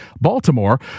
Baltimore